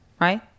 Right